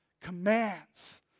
commands